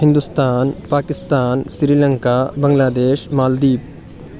Hindustan Pakistan Sri Lanka Bangladesh Maldives